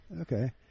Okay